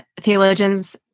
theologians